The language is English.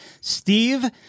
steve